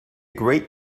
great